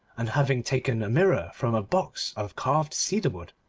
and having taken a mirror from a box of carved cedarwood,